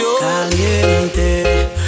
Caliente